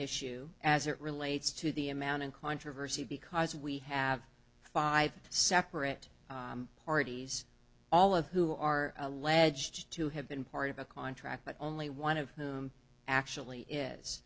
issue as it relates to the amount in controversy because we have five separate parties all of who are alleged to have been part of a contract but only one of whom actually